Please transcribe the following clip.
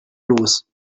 los